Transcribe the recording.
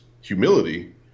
humility